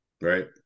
Right